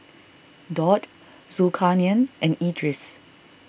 Daud Zulkarnain and Idris